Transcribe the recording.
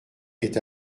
est